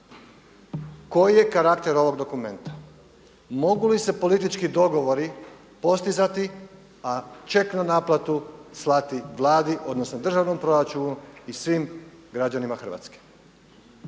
Koji je karakter ovog dokumenta? Mogu li se politički dogovori postizati, a ček na naplatu slati Vladi, odnosno državnom proračunu i svim građanima Hrvatske.